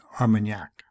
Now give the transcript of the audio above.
Armagnac